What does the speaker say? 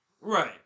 Right